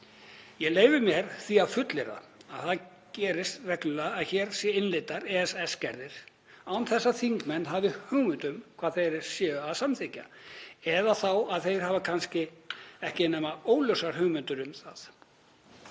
Ég leyfi mér því að fullyrða að það gerist reglulega að hér séu innleiddar EES-gerðir án þess að þingmenn hafi hugmynd um hvað þeir eru að samþykkja eða þá að þeir hafa kannski ekki nema óljósar hugmyndir um það.